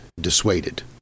dissuaded